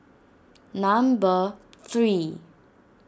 number three